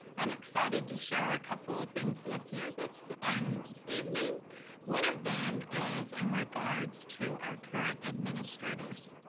i'm excited to share a couple of things with you this and evening one of them is in regards to our current administrators,